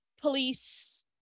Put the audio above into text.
police